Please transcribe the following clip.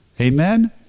amen